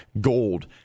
gold